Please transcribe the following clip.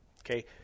Okay